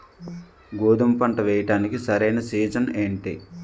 గోధుమపంట వేయడానికి సరైన సీజన్ ఏంటి?